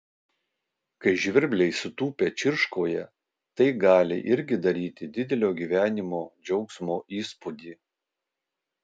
kai žvirbliai sutūpę čirškauja tai gali irgi daryti didelio gyvenimo džiaugsmo įspūdį